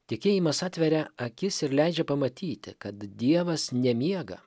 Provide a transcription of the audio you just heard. tikėjimas atveria akis ir leidžia pamatyti kad dievas nemiega